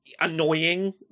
annoying